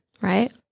Right